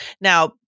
now